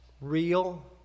real